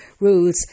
rules